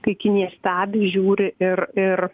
kai kinija stebi žiūri ir ir